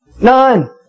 None